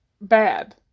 bad